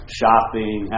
shopping